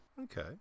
Okay